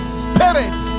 spirit